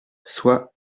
soit